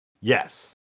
Yes